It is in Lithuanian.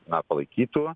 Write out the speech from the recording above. na palaikytų